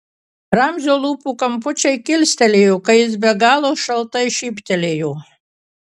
ramzio lūpų kampučiai kilstelėjo kai jis be galo šaltai šyptelėjo